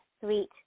sweet